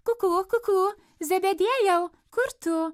kukū kukū zebediejau kur tu